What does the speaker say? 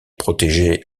protégé